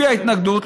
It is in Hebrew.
הביע התנגדות,